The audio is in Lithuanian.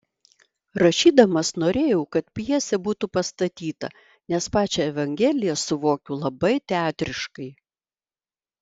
rašydamas norėjau kad pjesė būtų pastatyta nes pačią evangeliją suvokiu labai teatriškai